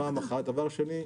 דבר שני,